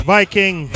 Viking